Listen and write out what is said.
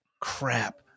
Crap